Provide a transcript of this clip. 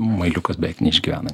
mailiukas bet neišgyvena